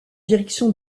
direction